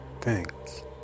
Thanks